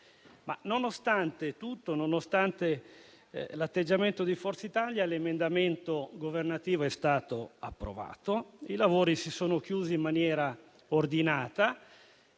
Nonostante tutto e nonostante l'atteggiamento di Forza Italia, l'emendamento governativo è stato approvato e i lavori si sono chiusi in maniera ordinata,